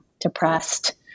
depressed